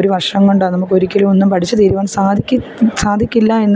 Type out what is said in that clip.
ഒരു വർഷം കൊണ്ടോ നമുക്കൊരിക്കലുമൊന്നും പഠിച്ചു തീരുവാൻ സാധിക്ക് സാധിക്കില്ല എന്ന്